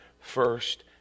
first